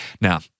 Now